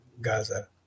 Gaza